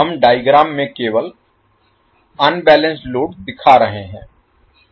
हम डायग्राम में केवल अनबैलेंस्ड लोड दिखा रहे हैं